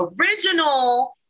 original